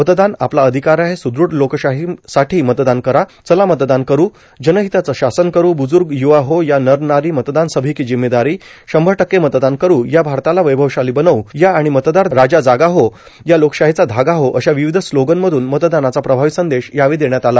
मतदान आपला अर्धधकार आहे सुदृढ लोकशाहोसाठी मतदान करा चला मतदान करु जर्नाहताचं शासन करु बुजूग युवा हो या नर नारां मतदान सभीकां जिम्मेदारां शंभर टक्के मतदान करु या भारताला वैभवशालां बनव् या आर्ाण मतदार राजा जागा हो लोकशाहींचा धागा हो अशा र्वावध स्लोगन मधून मतदानाचा प्रभावी संदेश देण्यात आला